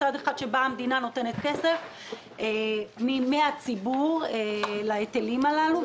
מצד אחד באה המדינה ונותנת כסף מהציבור להיטלים הללו,